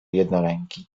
jednoręki